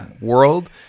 world